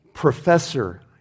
Professor